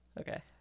Okay